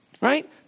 right